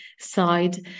side